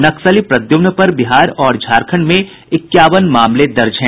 नक्सली प्रद्युम्न पर बिहार और झारखंड में इक्यावन मामले दर्ज हैं